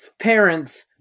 parents